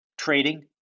trading